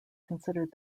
considered